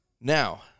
Now